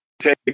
take